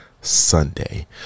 sunday